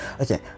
okay